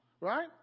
right